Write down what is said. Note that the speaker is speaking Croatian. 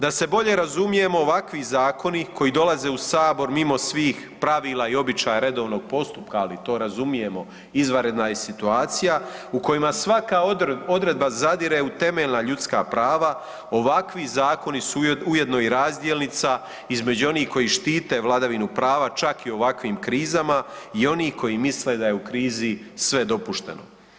Da se bolje razumijemo ovakvi zakoni koji dolaze u sabor mimo svih pravila i običaja redovnog postupka, ali to razumijemo izvanredna je situacija, u kojima svaka odredba zadire u temeljna ljudska prava, ovakvi zakoni su ujedno i razdjelnica između onih koji štite vladavinu prava čak i u ovakvim krizama i onih koji misle da je u krizi sve dopušteno.